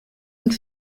und